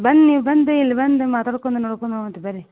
ಬನ್ನಿ ಬಂದು ಇಲ್ಲಿ ಬಂದು ಮಾತಾಡ್ಕೊಂಡು ನೋಡ್ಕೊಂಡು ಹೋವಂತೆ ರೀ ಬರ್ರಿ